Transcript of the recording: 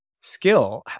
skill